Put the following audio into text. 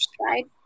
right